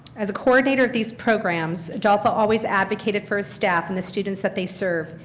as a coordinator of these programs, adolfo always advocated for his step and the students that they serve,